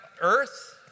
earth